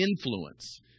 influence